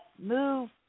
move